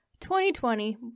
2020